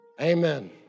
Amen